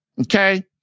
Okay